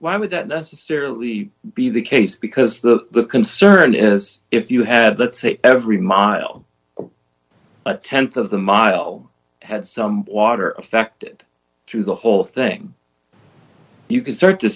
why would that necessarily be the case because the concern is if you had let's say every mile a th of the mile had some water affected through the whole thing you can start to